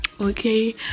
okay